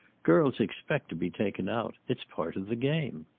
girls expect to be taken out. it's part of the game.